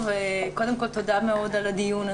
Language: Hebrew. צוות השר לביטחון פנים,